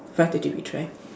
five thirty we try